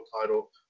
title